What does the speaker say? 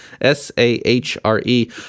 S-A-H-R-E